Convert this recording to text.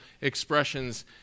expressions